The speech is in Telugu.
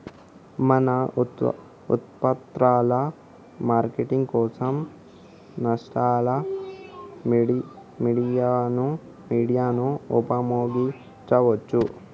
మన ఉత్పత్తుల మార్కెటింగ్ కోసం సోషల్ మీడియాను ఉపయోగించవచ్చా?